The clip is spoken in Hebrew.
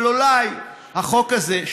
אבל אולי החוק הזה,